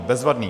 Bezvadné.